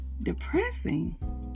depressing